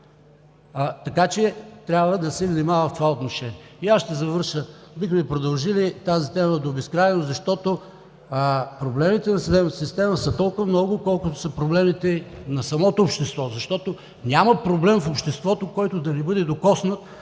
така че трябва да се внимава в това отношение. Бихме продължили тази тема до безкрайност, защото проблемите на съдебната система са толкова много, колкото са проблемите на самото общество, защото няма проблем в обществото, който да не бъде докоснат